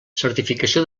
certificació